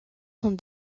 sont